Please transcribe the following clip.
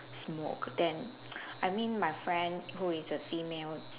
smoke then I mean my friend who is the female